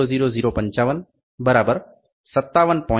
89555 mm મહત્તમ માપ 57